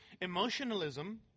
emotionalism